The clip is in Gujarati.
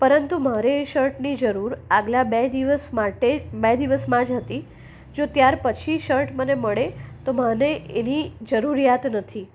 પરંતુ મારે એ શર્ટની જરૂર આગલા બે દિવસ માટે જ બે દિવસમાં જ હતી જો ત્યાર પછી શર્ટ મને મળે તો મને એની જરુરીયાત નથી